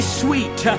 sweet